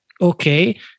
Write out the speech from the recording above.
okay